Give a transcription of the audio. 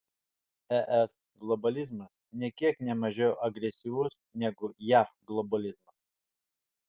es globalizmas nė kiek ne mažiau agresyvus negu jav globalizmas